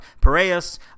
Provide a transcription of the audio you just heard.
Piraeus